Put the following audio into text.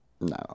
No